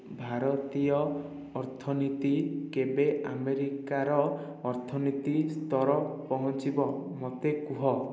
ଭାରତୀୟ ଅର୍ଥନୀତି କେବେ ଆମେରିକାର ଅର୍ଥନୀତି ସ୍ତର ପହଞ୍ଚିବ ମୋତେ କୁହ